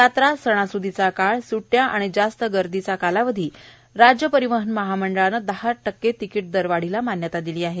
यात्रा सणासूदीचा काळ सुट्ट्या आणि जास्त गर्दीचा कालावधी राज्य परिवहन मंडळाने दहा टक्के तिकीट दरवाढीला मान्यता दिली आहे